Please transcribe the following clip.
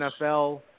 nfl